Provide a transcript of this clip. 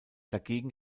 dagegen